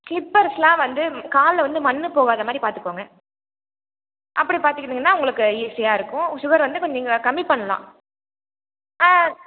ஸ்லிப்பர்ஸெலாம் வந்து காலில் வந்து மண் போகாத மாதிரி பார்த்துக்கோங்க அப்படி பார்த்துக்கிட்டீங்கன்னா உங்களுக்கு ஈஸியாக இருக்கும் சுகர் வந்து நீங்கள் கம்மி பண்ணலாம்